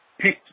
picked